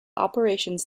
operations